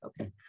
Okay